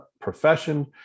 profession